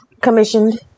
commissioned